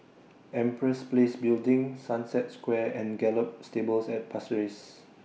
Empress Place Building Sunset Square and Gallop Stables At Pasir Ris